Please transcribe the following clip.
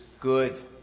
good